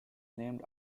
named